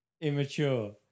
immature